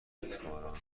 محافظهکارانه